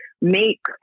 make